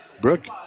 Brooke